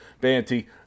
banty